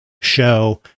show